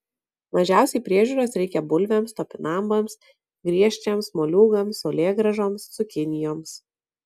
mažiausiai priežiūros reikia bulvėms topinambams griežčiams moliūgams saulėgrąžoms cukinijoms